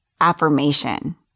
affirmation